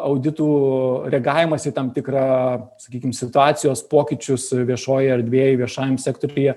auditų reagavimas į tam tikrą sakykim situacijos pokyčius viešojoj erdvėj viešajam sektoriuje